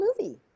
movie